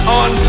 on